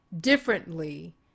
differently